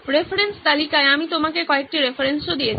reference তালিকায় আমি আপনাকে কয়েকটি রেফারেন্সও দিয়েছি